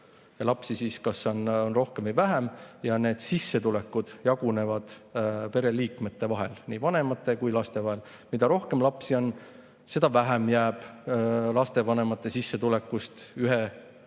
lapsi on kas rohkem või vähem ja need sissetulekud jagunevad pereliikmete vahel, nii vanemate kui ka laste vahel. Mida rohkem lapsi on, seda vähem jääb lastevanemate sissetulekust [raha]